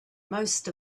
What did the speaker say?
most